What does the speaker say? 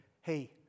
hey